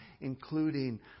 including